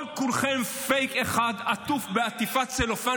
כל-כולכם פייק אחד עטוף בעטיפת צלופן